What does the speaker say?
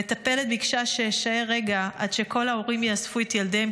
המטפלת ביקשה שאשאר רגע עד שכל ההורים יאספו את ילדיהם,